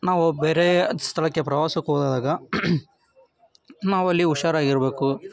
ನಾವು ಬೇರೆ ಸ್ಥಳಕ್ಕೆ ಪ್ರವಾಸಕ್ಕೆ ಹೋದಾಗ ನಾವಲ್ಲಿ ಹುಷಾರಾಗಿರ್ಬೇಕು